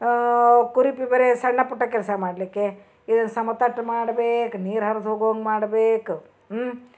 ಕುರುಪಿ ಬರೇ ಸಣ್ಣ ಪುಟ್ಟ ಕೆಲಸ ಮಾಡಲಿಕ್ಕೆ ಈ ಸಮತಟ್ಟು ಮಾಡ್ಬೇಕು ನೀರು ಹರ್ದು ಹೋಗುವಂಗೆ ಮಾಡ್ಬೇಕು ಹ್ಞ್